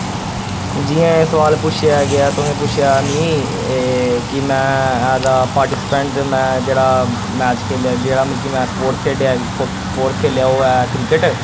जि'यां एह् सवाल पुच्छेआ गेआ तुसें पुच्छेआ मि एह् कि में ऐज पार्टिसिपेंट में जेह्ड़ा मैच खेलेआ जेह्ड़ा मतलब कि में स्पोर्ट्स खेढेआ खो स्पोर्ट्स खेलेआ ओह् ऐ क्रिकेट